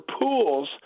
pools